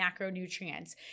macronutrients